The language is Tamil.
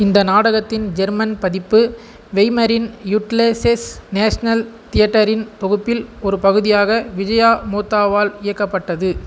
இந்த நாடகத்தின் ஜெர்மன் பதிப்பு வெய்மரின் யுட்லசெஸ் நேஷ்னல் தியேட்டரின் தொகுப்பில் ஒரு பகுதியாக விஜயா மோத்தாவால் இயக்கப்பட்டது